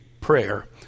prayer